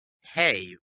hey